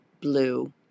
Blue